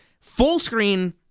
full-screen